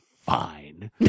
fine